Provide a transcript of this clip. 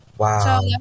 Wow